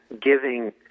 giving